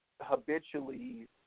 habitually